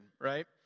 right